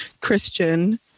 Christian